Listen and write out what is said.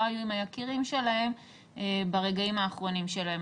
היו עם היקירים שלהם ברגעים האחרונים שלהם.